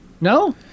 No